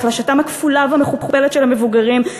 החלשתם הכפולה והמכופלת של המבוגרים,